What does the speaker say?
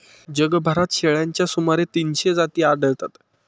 जगभरात शेळ्यांच्या सुमारे तीनशे जाती आढळतात